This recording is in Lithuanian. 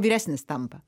vyresnis tampa